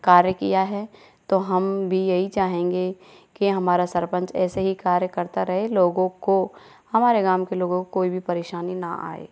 कार्य किया है तो हम भी यही चाहेंगे के हमारा सरपंच ऐसे ही कार्य करता रहे लोगों को हमारे गाँव के लोगों को कोई भी परेशानी न आए